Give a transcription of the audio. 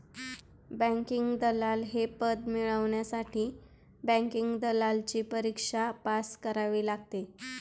banking दलाल हे पद मिळवण्यासाठी बँकिंग दलालची परीक्षा पास करावी लागते